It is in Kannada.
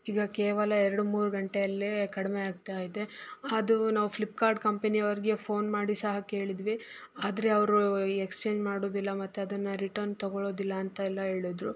ಈಗ ಕೇವಲ ಎರಡು ಮೂರು ಗಂಟೆಯಲ್ಲೇ ಕಡಿಮೆ ಆಗ್ತಾ ಇದೆ ಅದು ನಾವು ಫ್ಲಿಪ್ಕಾರ್ಡ್ ಕಂಪೆನಿಯವರಿಗೆ ಫೋನ್ ಮಾಡಿ ಸಹ ಕೇಳಿದ್ವಿ ಆದರೆ ಅವರು ಎಕ್ಸ್ಚೇಂಜ್ ಮಾಡೋದಿಲ್ಲ ಮತ್ತು ಅದನ್ನು ರಿಟರ್ನ್ ತಗೊಳೋದಿಲ್ಲ ಅಂತೆಲ್ಲ ಹೇಳದ್ರು